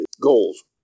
goals